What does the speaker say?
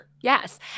Yes